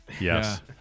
Yes